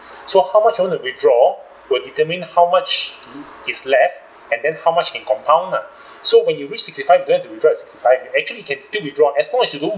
so how much you want to withdraw will determine how much is left and then how much can compound lah so when you reach sixty-five you don't have to withdraw at sixty-five actually can still withdraw as long as you don't